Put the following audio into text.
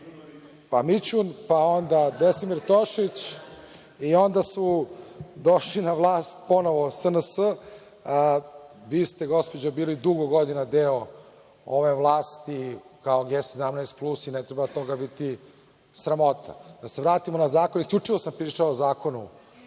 Mićun, pa Desimir Tošić i onda su došli na vlast ponovo SNS. Vi ste, gospođo, bili dugo godina deo ove vlasti kao G17 plus i ne treba vas od toga biti sramota. Da se vratimo na zakon. Isključivo sam pričao o zakonu